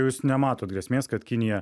jūs nematot grėsmės kad kinija